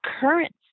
Current